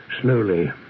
slowly